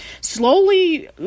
slowly